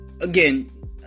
Again